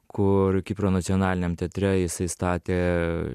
kur kipro nacionaliniam teatre jisai statė